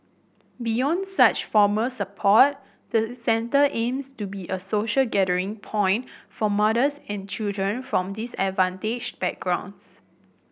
beyond such formal support the centre aims to be a social gathering point for mothers and children from disadvantaged backgrounds